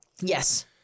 yes